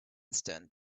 stand